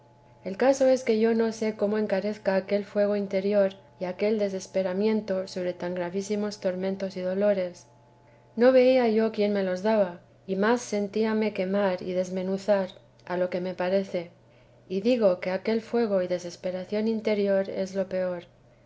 el caso es que no sé cómo encarezca aquel fuego interior y aquel desesperamiento sobre tan gravísimos tormentos y dolores no veía yo quién me los daba mas sentíame quemar y desmenuzar a lo que me parece y digo que aquel fuego y desesperación interior es lo peor